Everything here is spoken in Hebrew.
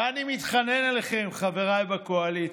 ואני מתחנן אליכם, חבריי בקואליציה,